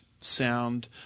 sound